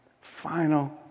final